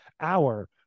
hour